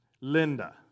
Linda